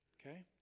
okay